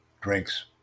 drinks